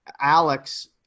Alex